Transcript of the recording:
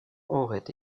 aurait